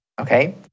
Okay